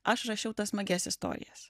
aš rašiau tas smagias istorijas